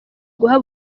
guha